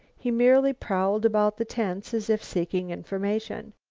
he merely prowled about the tents as if seeking information.